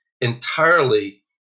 entirely